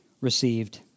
received